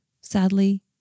Sadly